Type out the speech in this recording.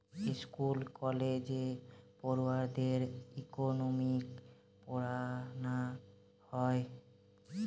school কলেজে পড়ুয়াদের economics পোড়ানা হয়